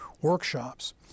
workshops